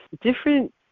different